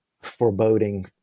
foreboding